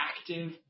active